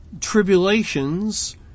tribulations